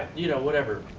you know whatever,